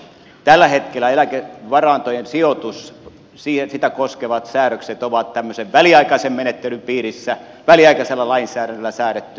tällä hetkellä eläkevarantojen sijoitusta koskevat säädökset ovat väliaikaisen menettelyn piirissä väliaikaisella lainsäädännöllä säädettyjä